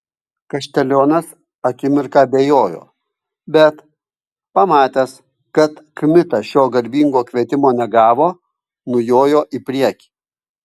kaštelionas akimirką abejojo bet pamatęs kad kmita šio garbingo kvietimo negavo nujojo į priekį